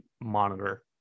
monitor